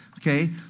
Okay